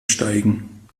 steigen